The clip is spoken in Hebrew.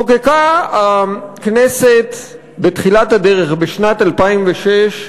חוקקה הכנסת בתחילת הדרך, בשנת 2006,